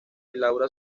laura